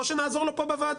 או שנעזור לו פה בוועדה,